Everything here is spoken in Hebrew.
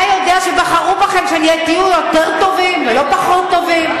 אתה יודע שבחרו בכם כדי שתהיו יותר טובים ולא פחות טובים,